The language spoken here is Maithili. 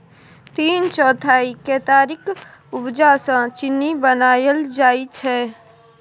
तीन चौथाई केतारीक उपजा सँ चीन्नी बनाएल जाइ छै